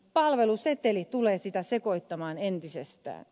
palveluseteli tulee sitä sekoittamaan entisestään